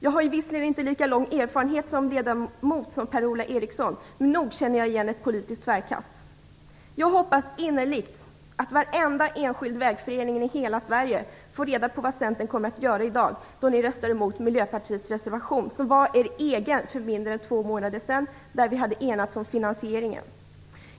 Jag har visserligen inte lika lång erfarenhet som ledamot som Per-Ola Eriksson, men nog känner jag igen ett tvärt politisk kast. Jag hoppas innerligt att varenda enskild vägförening i hela Sverige får reda på vad Centern kommer att göra i dag, då man röstar emot Miljöpartiets reservation, en reservation som de själva stod bakom för mindre än två månader sedan och i vilken vi hade enats om finansieringen.